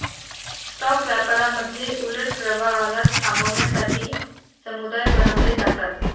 stock व्यापारामध्ये उलट प्रभावाला थांबवण्यासाठी समुदाय बनवले जातात